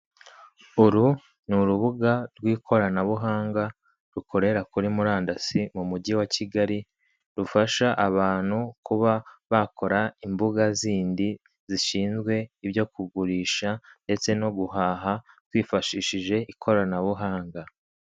Uru ni urubuga rw'ikoranabuhanga rukorera kuri murandasi mu mugi wa kigali, rufasha abantu kuba bakora imbuga zidi zishnzwe, ibyo kugurishandetse no uhaha hifashishijwe ikoranabuhanga.